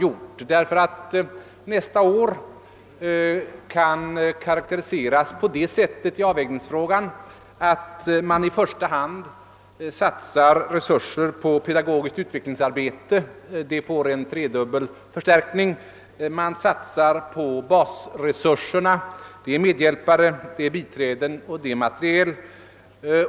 Och denna avvägning kan karakteriseras så, att man nästa år i första hand satsar på pedagogiskt utvecklingsarbete — det får en tredubbel förstärkning av resurserna. I andra hand satsar man på basresurserna, d.v.s. medhjälpare, biträden och materiel.